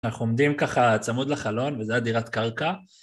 אנחנו עומדים ככה צמוד לחלון, וזו הדירת קרקע.